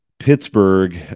Pittsburgh